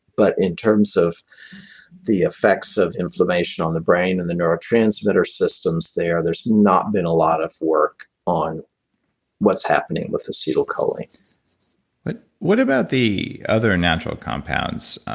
but in terms of the effects of inflammation on the brain and the neurotransmitter systems there there's not been a lot of work on what's happening with acetylcholine but what about the other natural compounds?